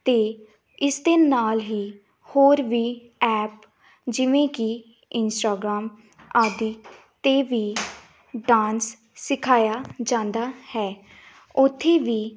ਅਤੇ ਇਸ ਦੇ ਨਾਲ ਹੀ ਹੋਰ ਵੀ ਐਪ ਜਿਵੇਂ ਕਿ ਇੰਸਟਾਗਰਾਮ ਆਦਿ 'ਤੇ ਵੀ ਡਾਂਸ ਸਿਖਾਇਆ ਜਾਂਦਾ ਹੈ ਉੱਥੇ ਵੀ